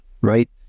right